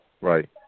Right